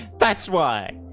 that's why